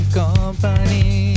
company